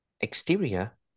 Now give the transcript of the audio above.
Exterior